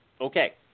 okay